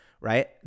right